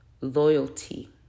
loyalty